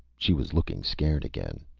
she was looking scared, again.